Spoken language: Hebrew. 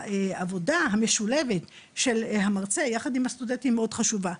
העבודה המשולבת של המרצה ביחד עם הסטודנטים היא מאוד חשובה.